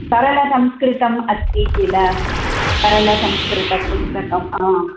सरलसंस्कृतम् अस्ति किल सरलसंस्कृतपुस्तकं हा